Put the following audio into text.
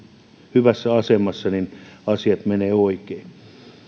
hyvässä asemassa niin asiat menevät oikein